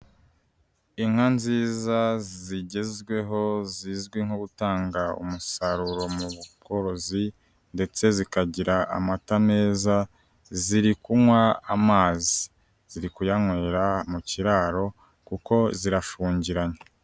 Inka nziza zigezweho zizwi nko gutanga umusaruro mu bworozi ndetse zikagira amata meza, ziri kunywa amazi, ziri kuyanywera mu kiraro, kuko zirafungiranye.